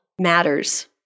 matters